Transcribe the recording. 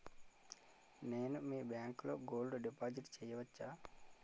నేను మీ బ్యాంకులో గోల్డ్ డిపాజిట్ చేయవచ్చా?